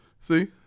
See